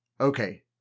Okay